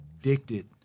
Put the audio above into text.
addicted